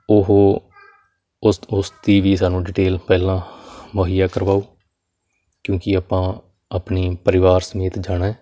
ਉਹ ਉਸ ਉਸ ਦੀ ਵੀ ਸਾਨੂੰ ਡਿਟੇਲ ਪਹਿਲਾਂ ਮੁਹੱਈਆ ਕਰਵਾਓ ਕਿਉਂਕਿ ਆਪਾਂ ਆਪਣੀ ਪਰਿਵਾਰ ਸਮੇਤ ਜਾਣਾ ਹੈ